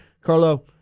Carlo